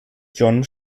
john